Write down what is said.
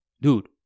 dude